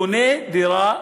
קונה דירה חדשה,